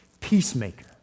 peacemaker